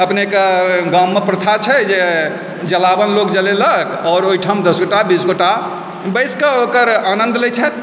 अपनेके गाममे प्रथा छै जे जलावन लोक जलेलक आओर ओहिठाम दस गोटा बीस गोटा बैसकऽ ओकर आनन्द लैत छथि